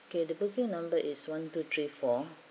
okay the booking number is one two three four